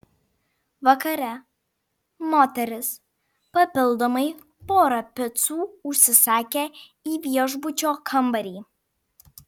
vakare moteris papildomai porą picų užsisakė į viešbučio kambarį